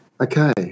Okay